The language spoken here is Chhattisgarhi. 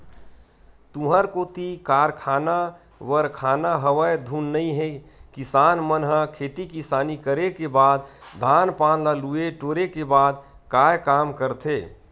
तुँहर कोती कारखाना वरखाना हवय धुन नइ हे किसान मन ह खेती किसानी करे के बाद धान पान ल लुए टोरे के बाद काय काम करथे?